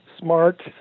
smart